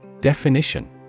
Definition